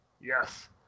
Yes